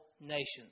nations